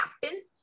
captain